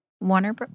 Warner